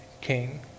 king